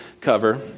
cover